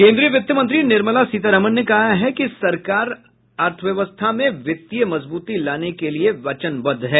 केन्द्रीय वित्त मंत्री निर्मला सीतारमण ने कहा कि सरकार अर्थव्यवस्था में वित्तीय मजबूती लाने को वचनबद्ध है